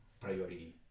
priority